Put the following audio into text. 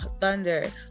Thunder